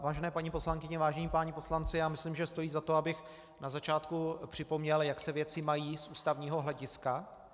Vážené paní poslankyně, vážení páni poslanci, já myslím, že stojí za to, abych na začátku připomněl, jak se věci mají z ústavního hlediska.